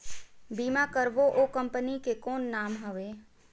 बीमा करबो ओ कंपनी के कौन नाम हवे?